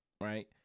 right